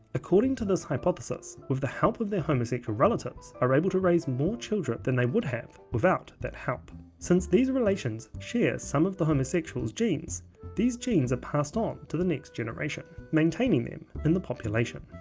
according to this hypothesis, with the help of their homosexual relatives are able to raise more children than they would have without that help since these relations share some of the homosexual's genes these genes are passed on to the next generation. maintaining maintaining them in the population.